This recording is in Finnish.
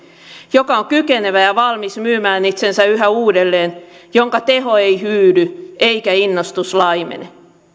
joka on kykenevä ja valmis myymään itsensä yhä uudelleen jonka teho ei hyydy eikä innostus laimene